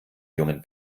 jungen